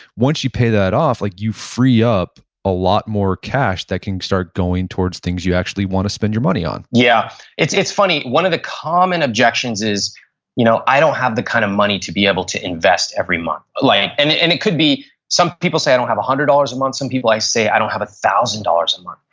once you pay that off like you free up a lot more cash that can start going towards things you actually want to spend your money on yeah. it's it's funny, one of the common objections is you know i don't have the kind of money to be able to invest every month. like and it and it could be some people say i don't have a hundred dollars a month, some people say i don't have a thousand dollars a month.